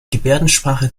gebärdensprache